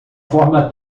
forma